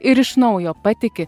ir iš naujo patiki